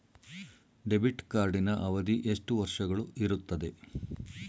Debit ಕಾರ್ಡಿನ ಅವಧಿ ಎಷ್ಟು ವರ್ಷಗಳು ಇರುತ್ತದೆ?